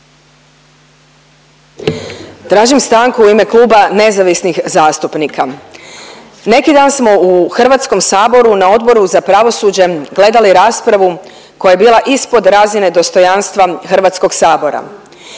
Tražim stanku u ime Kluba nezavisnih zastupnika. Neki dan smo u HS na Odboru za pravosuđe gledali raspravu koja je bila ispod razine dostojanstva HS i